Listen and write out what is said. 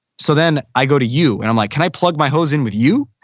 so then i go to you and i'm like, can i plug my hose in with you?